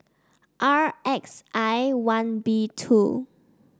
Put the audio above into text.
R X I one B two